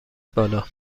بالا